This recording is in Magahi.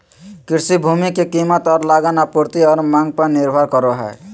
कृषि भूमि के कीमत और लगान आपूर्ति और मांग पर निर्भर करो हइ